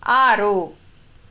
ಆರು